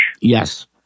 Yes